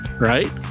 right